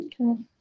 okay